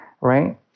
right